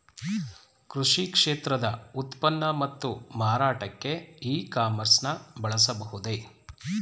ಕೃಷಿ ಕ್ಷೇತ್ರದ ಉತ್ಪನ್ನ ಮತ್ತು ಮಾರಾಟಕ್ಕೆ ಇ ಕಾಮರ್ಸ್ ನ ಬಳಸಬಹುದೇ?